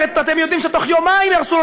הרי אתם יודעים שתוך יומיים יהרסו את